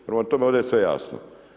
Prema tome, ovdje je sve jasno.